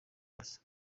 basa